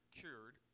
cured